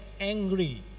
angry